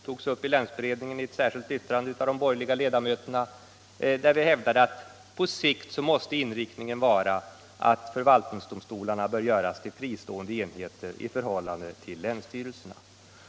Frågan togs upp i länsberedningen i ett särskilt yttrande av de borgerliga ledamöterna, där de hävdade att på sikt måste inriktningen vara att förvaltningsdomstolarna bör göras till fristående enheter i förhållande till länsstyrelserna.